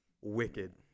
wicked